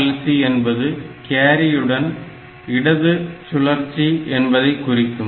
RLC என்பது கேரியுடன் இடது சுழற்சி என்பதை குறிக்கும்